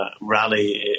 rally